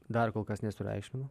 dar kol kas nesureikšminu